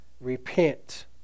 repent